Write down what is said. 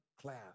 class